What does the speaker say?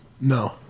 No